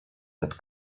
that